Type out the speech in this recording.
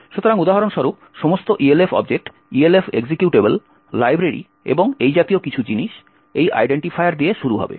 সুতরাং উদাহরণস্বরূপ সমস্ত ELF object ELF executable library এবং এই জাতীয় কিছু জিনিস এই আইডেন্টিফায়ার দিয়ে শুরু হবে